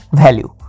value